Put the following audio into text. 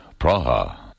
Praha